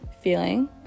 feeling